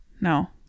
No